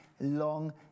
long